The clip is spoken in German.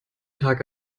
tag